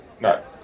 No